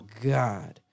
god